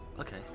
okay